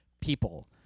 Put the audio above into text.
people